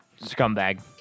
Scumbag